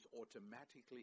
automatically